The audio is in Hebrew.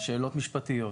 שאלות משפטיות.